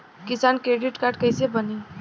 किसान credit card कइसे बानी?